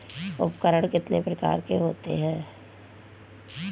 उपकरण कितने प्रकार के होते हैं?